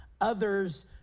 others